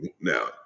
now